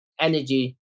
energy